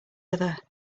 other